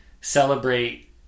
celebrate